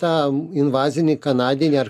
tą invazinį kanadinį ar